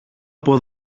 από